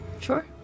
Sure